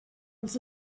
els